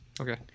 okay